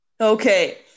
okay